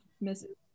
misses